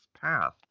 Path